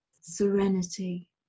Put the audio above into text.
serenity